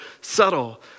subtle